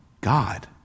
God